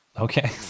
Okay